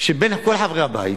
שבין כל חברי הבית,